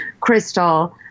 crystal